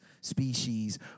species